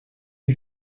you